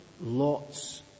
Lot's